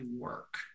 work